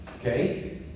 Okay